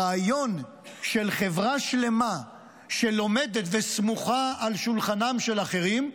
הרעיון של חברה שלמה שלומדת וסמוכה על שולחנם של אחרים,